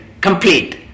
complete